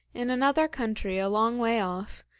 in another country a long way off,